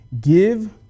Give